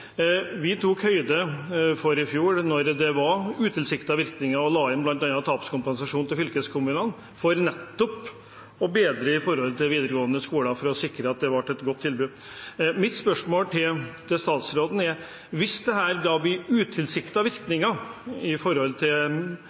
Vi tok høyde for det i fjor, da det var utilsiktede virkninger, og la inn bl.a. tapskompensasjon til fylkeskommunene for nettopp å bedre situasjonen for videregående skoler for å sikre at det ble et godt tilbud. Mitt spørsmål til statsråden er: Hvis det blir utilsiktede virkninger av skatteinngangen, vil da